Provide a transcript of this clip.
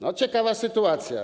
To ciekawa sytuacja.